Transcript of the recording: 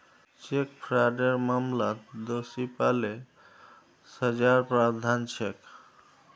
cheque फ्रॉडेर मामलात दोषी पा ल सजार प्रावधान छेक